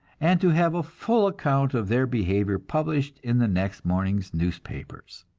and to have a full account of their behavior published in the next morning's newspapers.